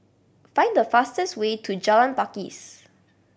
find the fastest way to Jalan Pakis